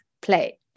play